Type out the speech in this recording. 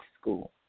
school